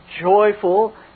joyful